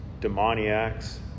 demoniacs